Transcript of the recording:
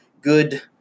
good